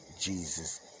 Jesus